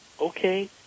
Okay